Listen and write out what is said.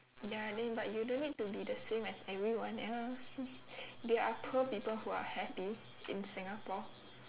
ya then but then you don't need to be the same as everyone else there are poor people who are happy in singapore